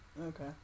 Okay